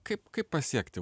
kaip kaip pasiekti